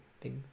big